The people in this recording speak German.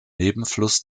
nebenfluss